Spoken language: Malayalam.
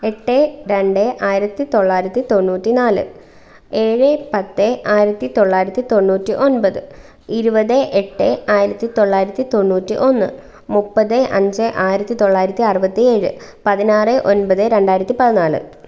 എട്ട് രണ്ട് ആയിരത്തിത്തൊള്ളായിരത്തി തൊണ്ണൂറ്റി നാല് ഏഴ് പത്ത് ആയിരത്തിത്തൊള്ളായിരത്തി തൊണ്ണൂറ്റി ഒൻപത് ഇരുപത് എട്ട് ആയിരത്തിത്തൊള്ളായിരത്തി തൊണ്ണൂറ്റി ഒന്ന് മുപ്പത് അഞ്ച് ആയിരത്തിത്തൊള്ളായിരത്തി അറുപത്തിയേഴ് പതിനാറ് ഒൻപത് രണ്ടായിരത്തി പതിനാല്